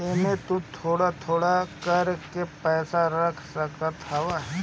एमे तु थोड़ थोड़ कर के पैसा रख सकत हवअ